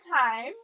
time